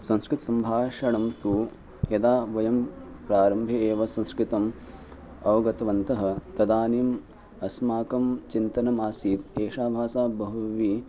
संस्कृते सम्भाषणं तु यदा वयं प्रारम्भे एव संस्कृतम् अवगतवन्तः तदानीम् अस्माकं चिन्तनमासीत् एषा भाषा बहु